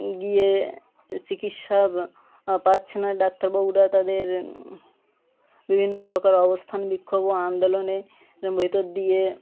গিয়ে চিকিৎসা পাচ্ছে না ডাক্তারবাবুরা তাদের বিভিন্ন প্রকার অবস্থান বিক্ষোভ ও আন্দোলনের ভিতর দিয়ে